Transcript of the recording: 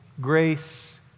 grace